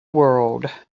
world